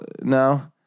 now